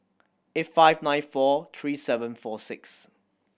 eight five nine four three seven four six